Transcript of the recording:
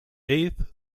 eighth